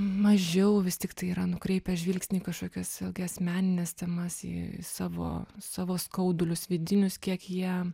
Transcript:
mažiau vis tiktai yra nukreipę žvilgsnį į kažkokias vėlgi asmenines temas į savo savo skaudulius vidinius kiek jie